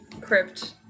crypt